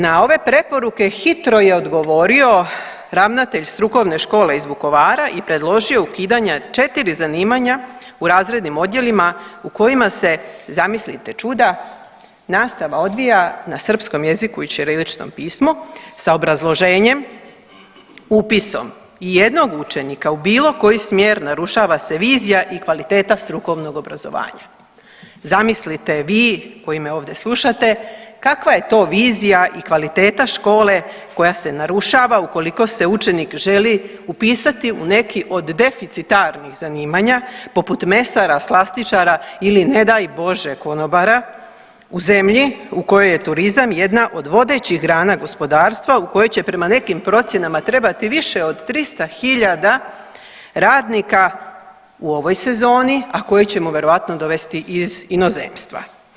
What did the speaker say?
Na ove preporuke hitro je odgovorio ravnatelj strukovne škole iz Vukovara i predložio ukidanja 4 zanimanja u razrednim odjelima u kojima se zamislite čuda nastava odvija na srpskom jeziku i ćiriličnom pismu sa obrazloženjem upisom ijednog učenika u bilo koji smjer narušava se vizija i kvaliteta strukovnog obrazovanja, zamislite vi koji me ovdje slušate kakva je to vizija i kvaliteta škole koja se narušava ukoliko se učenik želi upisati u neki od deficitarnih zanimanja poput mesara, slastičara ili ne daj Bože konobara u zemlji u kojoj je turizam jedna od vodećih grana gospodarstva u kojoj će prema nekim procjenama trebati više od 300 hiljada radnika u ovoj sezoni, a koji ćemo verovatno dovesti iz inozemstva.